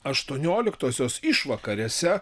aštuonioliktosios išvakarėse